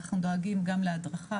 אנחנו דואגים גם להדרכה,